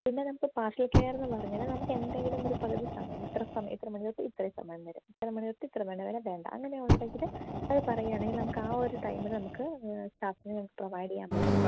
പിന്നെ നമുക്ക് partial care എന്ന് പറഞ്ഞാൽ നമുക്ക് എന്തെങ്കിലും ഒരു പകുതി സമയം ഇത്ര സമയം ഇത്ര മണി തൊട്ട് ഇത്രയും സമയം വരെ ഇത്ര മണി തൊട്ട് ഇത്ര മണി വരെ വേണ്ട അങ്ങനെ ഉണ്ടെങ്കിൽ അത് പറയുവാണെങ്കിൽ നമുക്ക് ആ ഒരു ടൈമിൽ നമുക്ക് സ്റ്റാഫിനെ നമുക്ക് പ്രൊവൈഡ് ചെയ്യാൻ പറ്റും